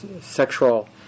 sexual